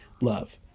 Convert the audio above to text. love